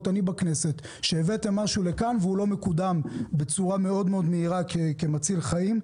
אני בכנסת שהבאתם משהו לכאן והוא לא מקודם בצורה מהירה מאוד כמציל חיים.